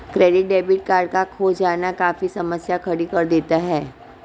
credit debit card का खो जाना काफी समस्या खड़ी कर देता है